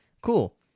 Cool